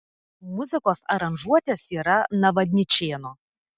muzikos aranžuotės yra navadničėno